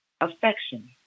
affection